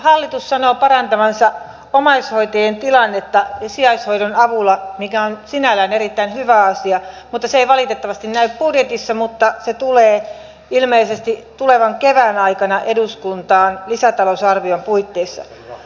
hallitus sanoo parantavansa omaishoitajien tilannetta sijaishoidon avulla mikä on sinällään erittäin hyvä asia mutta se ei valitettavasti näy budjetissa mutta se tulee ilmeisesti tulevan kevään aikana eduskuntaan lisätalousarvion puitteissa